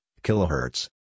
kilohertz